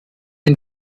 den